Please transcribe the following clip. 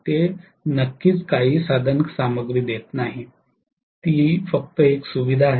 ते नक्कीच काही साधनसामग्री देत नाही ती फक्त एक सुविधा आहे